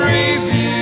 Review